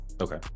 Okay